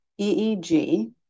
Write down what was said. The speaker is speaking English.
EEG